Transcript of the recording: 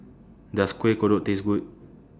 Does Kuih Kodok Taste Good